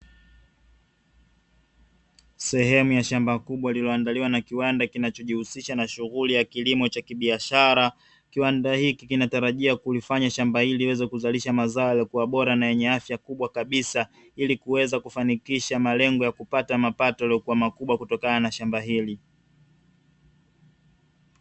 Sehemu ya shamba kubwa, lililoandaliwa na kiwanda kinachojihusisha na shughuli ya kilimo cha kibiashara. Kiwanda hiki kinatarajia kulifanya shamba hili liweze kuzalisha mazao yaliyo bora na yenye afya kubwa kabisa, ili kuweza kufanikisha malengo ya kupata mapato yaliyokuwa makubwa kutokana na shamba hili.